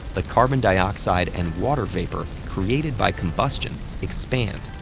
the carbon dioxide and water vapor created by combustion expand.